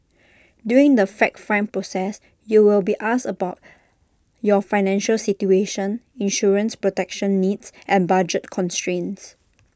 during the fact find process you will be asked about your financial situation insurance protection needs and budget constraints